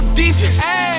defense